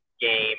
game